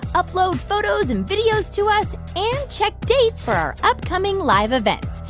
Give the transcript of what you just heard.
upload photos and videos to us check dates for our upcoming live events.